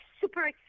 super